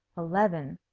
eleven.